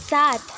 सात